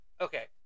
Okay